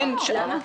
למה?